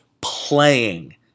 playing